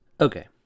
Okay